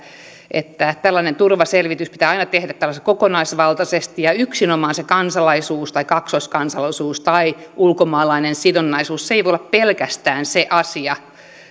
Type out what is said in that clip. että tällainen turvaselvitys pitää aina tehdä kokonaisvaltaisesti yksinomaan se kansalaisuus tai kaksoiskansalaisuus tai ulkomaalainen sidonnaisuus ei voi olla pelkästään se asia esimerkiksi se